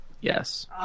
Yes